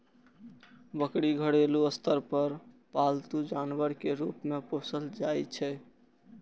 बकरी घरेलू स्तर पर पालतू जानवर के रूप मे पोसल जाइ छै